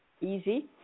Easy